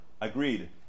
Agreed